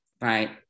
Right